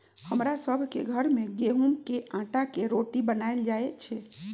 हमरा सभ के घर में गेहूम के अटा के रोटि बनाएल जाय छै